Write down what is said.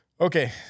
Okay